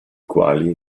quali